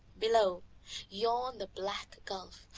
below yawned the black gulf,